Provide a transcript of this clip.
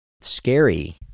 scary